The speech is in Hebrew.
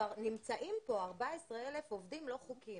כבר נמצאים פה 14 אלף עובדים לא חוקיים,